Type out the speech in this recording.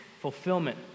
fulfillment